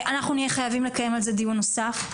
אנחנו נהיה חייבים לקיים על זה דיון נוסף,